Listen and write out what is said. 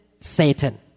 Satan